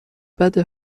بده